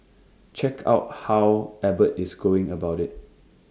check out how Abbott is going about IT